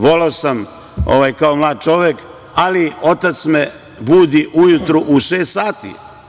Voleo sam, kao mlad čovek, ali otac me budi ujutru u šest sati.